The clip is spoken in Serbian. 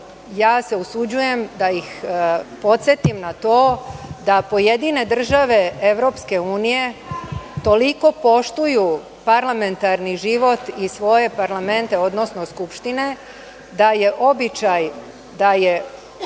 ja se usuđujem da ih podsetim na to da pojedine države EU toliko poštuju parlamentarni život i svoje parlamente, odnosno skupštine, da je običaj da je